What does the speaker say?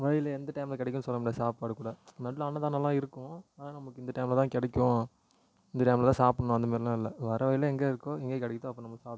வழியில் எந்த டைமில் கிடைக்கும் சொல்ல முடியாது சாப்பாடு கூட நல்ல அன்னதானம்லாம் இருக்கும் ஆனால் நமக்கு இந்த டைமில் தான் கிடைக்கும் இந்த டைமில் தான் சாப்படன்னும் அந்த மாதிரிலாம் இல்லை வர வழியில் எங்கே இருக்கோ எங்கே கிடைக்கிதோ அப்போ நம்ம சாப்பிட்டுக்குணும்